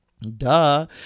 duh